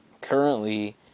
currently